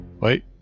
Wait